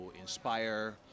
inspire